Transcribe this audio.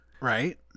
Right